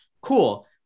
cool